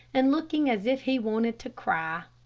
and looking as if he wanted to cry.